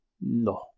No